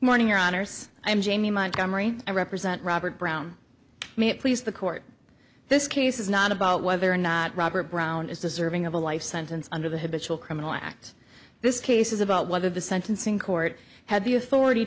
morning or honors i am jamie montgomery i represent robert brown may it please the court this case is not about whether or not robert brown is deserving of a life sentence under the habitable criminal act this case is about whether the sentencing court had the authority